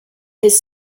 his